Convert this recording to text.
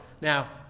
Now